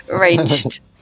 ranged